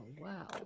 wow